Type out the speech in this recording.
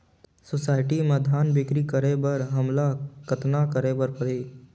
Society म धान बिक्री करे बर हमला कतना करे परही?